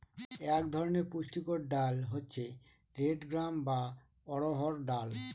এক ধরনের পুষ্টিকর ডাল হচ্ছে রেড গ্রাম বা অড়হর ডাল